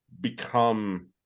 become